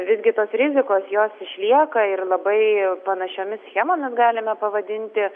visgi tos rizikos jos išlieka ir labai panašiomis schemomis galime pavadinti